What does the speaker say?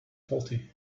faulty